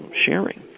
sharing